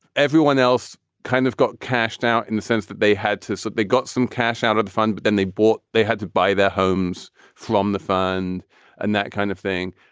everyone else kind of got cashed out in the sense that they had to so they got some cash out of the fund, but then they bought they had to buy their homes from the fund and that kind of thing.